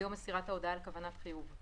ביום מסירת ההודעה על כוונת חיוב,